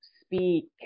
speak